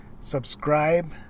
subscribe